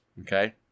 okay